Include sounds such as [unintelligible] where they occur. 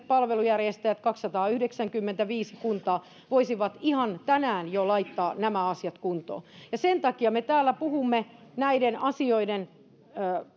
[unintelligible] palvelunjärjestäjät kaksisataayhdeksänkymmentäviisi kuntaa voisivat ihan tänään jo laittaa nämä asiat kuntoon sen takia me täällä puhumme näiden asioiden